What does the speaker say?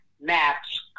maps